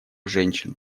женщин